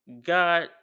got